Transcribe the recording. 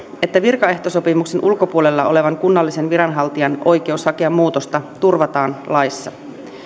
että virkaehtosopimuksen ulkopuolella olevan kunnallisen viranhaltijan oikeus hakea muutosta turvataan laissa